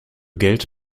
geld